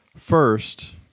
First